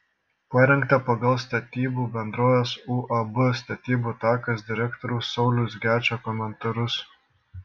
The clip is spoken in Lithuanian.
parengta pagal statybų bendrovės uab statybų takas direktoriaus sauliaus gečo komentarus